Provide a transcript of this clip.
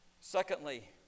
secondly